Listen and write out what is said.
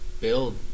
build